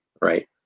right